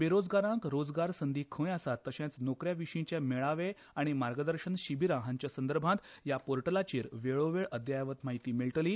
बेरोजगारांक रोजगार संधी खंय आसात तशेंच नोकऱ्यां विशीचे मेळावे आनी मार्गदर्शन शिबीरां हाचे संदर्भात ह्या पोर्टलाचेर वेळोवेळ अद्ययावत म्हायती मेळटली